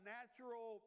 natural